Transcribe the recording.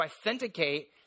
authenticate